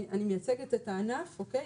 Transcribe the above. אני מייצגת את הענף, אוקיי?